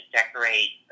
decorate